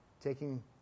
taking